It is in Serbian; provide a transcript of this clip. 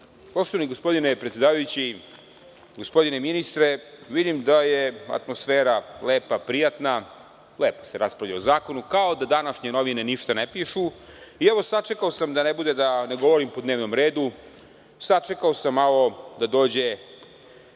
Poštovani gospodine predsedavajući, gospodine ministre, vidim da je atmosfera lepa, prijatna, lepo se raspravlja o zakonu, kao da današnje novine ništa ne pišu. Da ne bude da ne govorim po dnevnom redu, sačekao sam da u